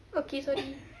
okay sorry